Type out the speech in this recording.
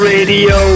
Radio